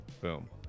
boom